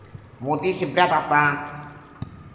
मोती शिंपल्यात असतात